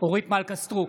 אורית מלכה סטרוק,